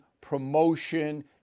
promotion